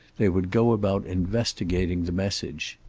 they would go about investigating the message.